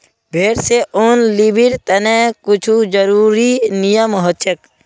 भेड़ स ऊन लीबिर तने कुछू ज़रुरी नियम हछेक